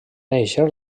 néixer